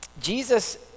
Jesus